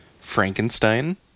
Frankenstein